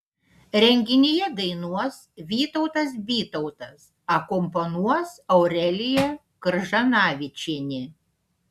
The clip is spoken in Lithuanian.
renginyje dainuos vytautas bytautas akompanuos aurelija kržanavičienė